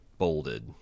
bolded